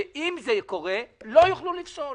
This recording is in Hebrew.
ואם זה קורה, לא יוכלו לפסול.